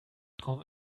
drum